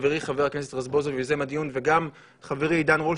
חבר הכנסת רזבוזוב וחבר הכנסת עידן רול,